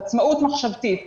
עצמאות מחשבתית,